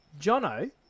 Jono